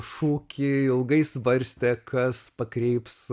šūkį ilgai svarstė kas pakreips